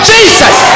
Jesus